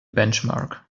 benchmark